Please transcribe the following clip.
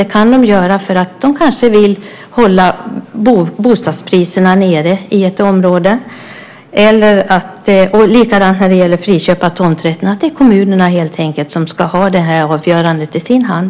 Det kan de göra för att de kanske vill hålla bostadspriserna nere i ett område. Likadant är det när det gäller friköp av tomterna. Det är helt enkelt kommunerna som ska ha avgörandet i sin hand.